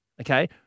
okay